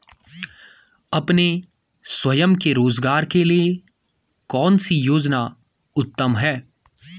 अपने स्वयं के रोज़गार के लिए कौनसी योजना उत्तम है?